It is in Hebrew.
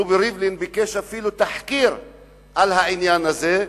רובי ריבלין, ביקש אפילו תחקיר על העניין הזה,